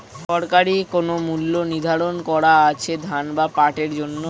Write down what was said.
সরকারি কোন মূল্য নিধারন করা আছে ধান বা পাটের জন্য?